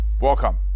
welcome